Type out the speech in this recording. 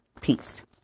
Peace